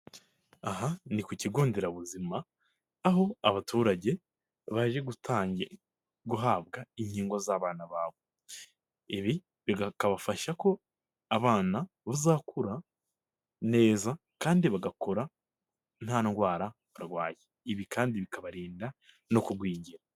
Aha ni ku kigo nderabuzima, aho abaturage, baje guhabwa inkingo z'abana babo, ibi bikabafasha ko abana bazakura neza kandi bagakora nta ndwara barwaye, ibi kandi bikabarinda no kugwingira.